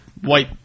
white